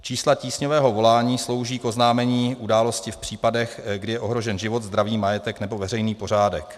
Čísla tísňového volání slouží k oznámení události v případech, kdy je ohrožen život, zdraví, majetek nebo veřejný pořádek.